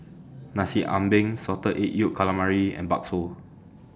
Nasi Ambeng Salted Egg Yolk Calamari and Bakso